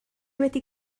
wedi